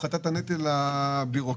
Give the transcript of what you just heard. הפחתת הנטל הבירוקרטי,